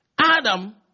Adam